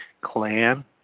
clan